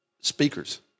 speakers